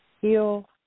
heal